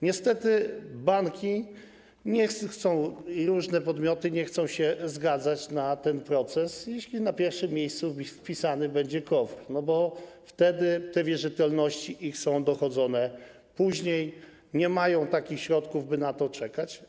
Niestety banki i różne podmioty nie chcą się zgadzać na ten proces, jeśli na pierwszym miejscu wpisany będzie KOWR, bo wtedy te ich wierzytelności są dochodzone później, nie mają takich środków, by na to czekać.